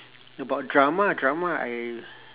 about drama drama I